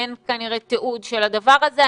אין כנראה תיעוד של הדבר הזה.